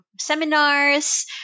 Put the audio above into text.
seminars